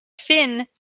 Finn